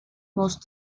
most